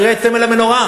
תראה את סמל המנורה,